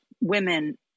women